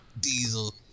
diesel